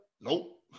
Nope